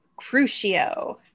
Crucio